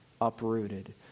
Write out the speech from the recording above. uprooted